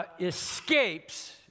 escapes